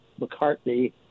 McCartney